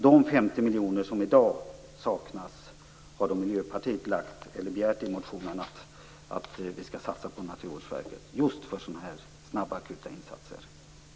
De 50 miljoner som i dag saknas har Miljöpartiet begärt i motionen att vi skall satsa på Naturvårdsverket för snabba, akuta insatser.